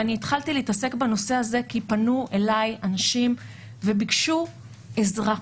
ואני התחלתי להתעסק בנושא הזה כי פנו אליי אנשים וביקשו עזרה.